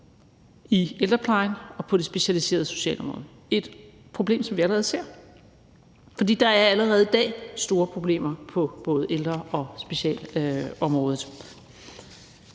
i ældreplejen og på det specialiserede socialområde – et problem, som vi allerede ser, for der er allerede i dag store problemer på både ældre- og specialområdet.